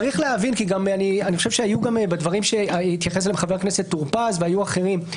אני חושב שבדברים שהתייחס אליהם חבר הכנסת טור פז והיו אחרים,